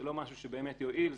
זה לא משהו שבאמת יועיל,